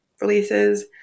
releases